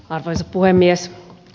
arvoisa puhemies